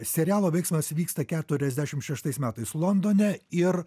serialo veiksmas vyksta keturiasdešim šeštais metais londone ir